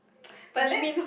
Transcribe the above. but then